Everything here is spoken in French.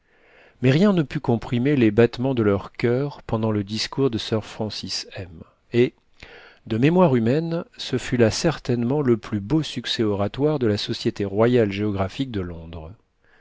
mais rien ne put comprimer les battements de leurs curs pendant le discours de sir francis m et de mémoire humaine ce fut là certainement le plus beau succès oratoire de la société royale géographique de londres